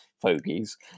fogies